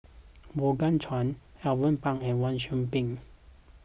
Morgan Chua Alvin Pang and Wang Sui Pick